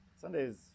Sundays